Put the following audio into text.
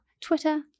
Twitter